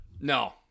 No